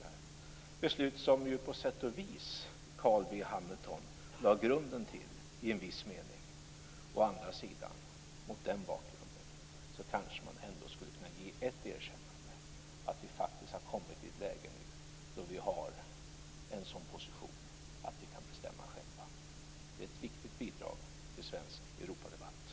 Det är beslut som ju på sätt och vis Carl B Hamilton lade grunden till i en viss mening. Mot den bakgrunden skulle man kanske ändå kunna ge ett erkännande, nämligen att vi faktiskt har kommit i ett läge nu då vi har en sådan position att vi kan bestämma själva. Det är ett viktigt bidrag till svensk Europadebatt.